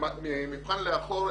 במבחן לאחור,